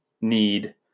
need